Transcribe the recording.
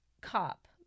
cop